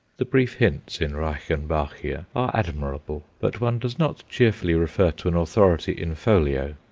the brief hints in reichenbachia are admirable, but one does not cheerfully refer to an authority in folio.